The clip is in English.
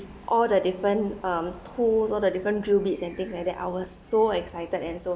all the different um tools all the different drill bits and things like that I was so excited and so